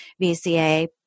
VCA